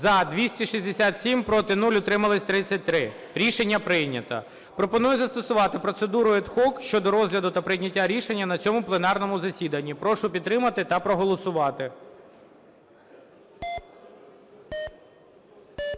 За – 267, проти – 0, утримались – 33. Рішення прийнято. Пропонується застосувати процедуру ad hoc щодо розгляду та прийняття рішення на цьому пленарному засіданні. Прошу підтримати та проголосувати. 13:23:29